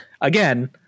again